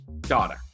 daughter